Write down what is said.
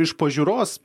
iš pažiūros